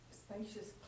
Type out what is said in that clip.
spacious